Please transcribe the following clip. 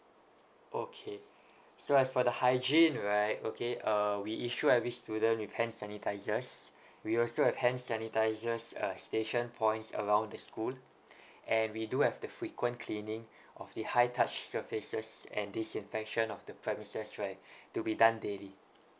okay so as for the hygiene right okay uh we issue every student with hand sanitisers we also have hand sanitisers uh station points around the school and we do have the frequent cleaning of the high touch surfaces and disinfection of the premises right to be done daily